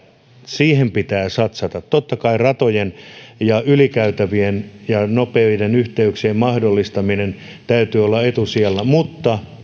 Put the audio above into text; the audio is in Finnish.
siihen pitää satsata totta kai ratojen ja ylikäytävien ja nopeiden yhteyksien mahdollistamisen täytyy olla etusijalla mutta